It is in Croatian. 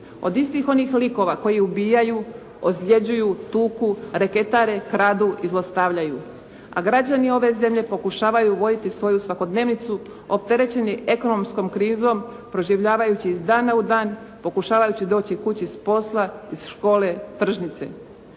od istih onih likova koji ubijaju, ozljeđuju, tuku, reketare, kradu i zlostavljaju, a građani ove zemlje pokušavaju voditi svoju svakodnevnicu opterećeni ekonomskom krizom proživljavajući iz dana u dan, pokušavajući doći kući s posla, iz škole, tržnice.